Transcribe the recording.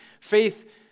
faith